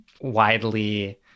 widely